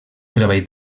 treball